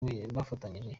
bafatanyije